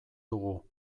dugu